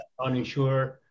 uninsured